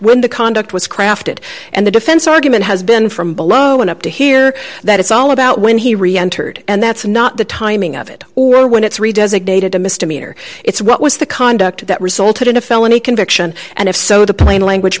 when the conduct was crafted and the defense argument has been from below and up to here that it's all about when he reentered and that's not the timing of it or when it's read designated a misdemeanor it's what was the conduct that resulted in a felony conviction and if so the plain language